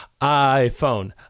iPhone